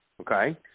Okay